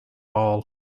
all